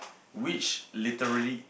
which literary